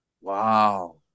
wow